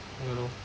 ya lor